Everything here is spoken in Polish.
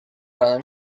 ranem